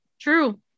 True